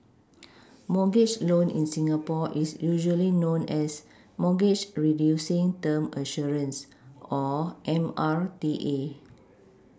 mortgage loan in Singapore is usually known as mortgage Reducing term Assurance or M R T A